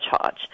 charge